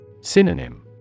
Synonym